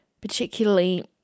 particularly